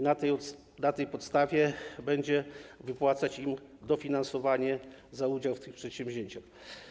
Na tej podstawie będzie wypłacać im dofinansowanie za udział w tych przedsięwzięciach.